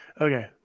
Okay